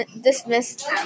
dismissed